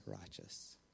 righteous